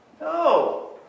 No